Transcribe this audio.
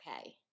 okay